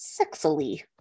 sexily